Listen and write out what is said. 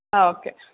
okay